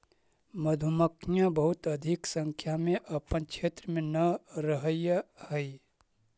मधुमक्खियां बहुत अधिक संख्या में अपने क्षेत्र में न रहअ हई